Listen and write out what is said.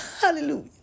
hallelujah